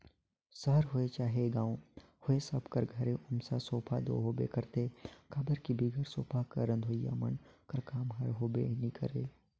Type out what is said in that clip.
सहर होए चहे गाँव होए सब कर घरे हमेसा सूपा दो होबे करथे काबर कि बिगर सूपा कर रधोइया मन कर काम हर होबे नी करे